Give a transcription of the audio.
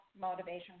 motivation